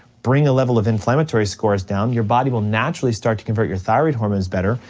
bring a level of inflammatory scores down, your body will naturally start to convert your thyroid hormones better,